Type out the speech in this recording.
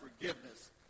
forgiveness